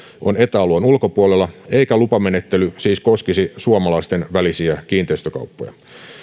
on eta alueen ulkopuolella eikä lupamenettely siis koskisi suomalaisten välisiä kiinteistökauppoja